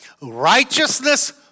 righteousness